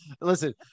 Listen